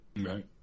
Right